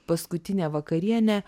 paskutinė vakarienė